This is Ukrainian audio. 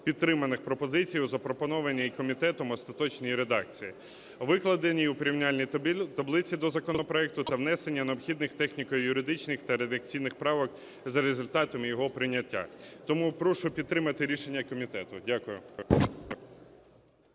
підтриманих пропозицій у запропонованій комітетом остаточній редакції, викладеній у порівняльній таблиці до законопроекту, та внесення необхідних техніко-юридичних та редакційних правок за результатами його прийняття. Тому прошу підтримати рішення комітету. Дякую.